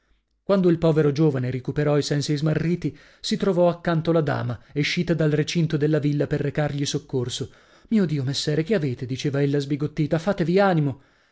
quando il povero giovane ricuperò i sensi smarriti si trovò accanto la dama escita dal recinto della villa per recargli soccorso mio dio messere che avete diceva ella sbigottita fatevi animo